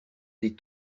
des